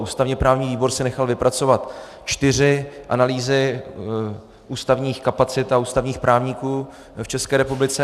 Ústavněprávní výbor si nechal vypracovat čtyři analýzy ústavních kapacit a ústavních právníků v České republice.